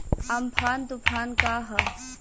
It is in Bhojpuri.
अमफान तुफान का ह?